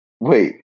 Wait